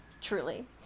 Truly